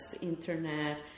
internet